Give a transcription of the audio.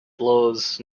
blows